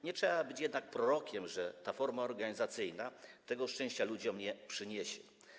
Nie trzeba być jednak prorokiem, ta forma organizacyjna szczęścia ludziom nie przyniesie.